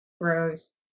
Rose